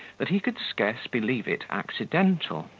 that he could scarce believe it accidental.